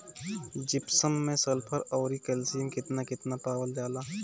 Gypsum मैं sulphur औरी calcium कितना कितना पावल जाला?